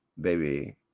baby